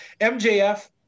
MJF